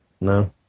No